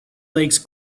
legs